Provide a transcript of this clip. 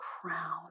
crown